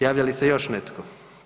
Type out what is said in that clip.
Javlja li se još netko?